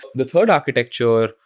the third architecture,